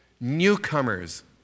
newcomers